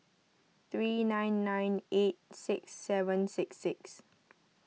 three nine nine eight six seven six six